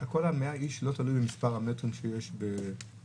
כל ה-100 איש לא תלוי במספר המטרים שיש בחלל?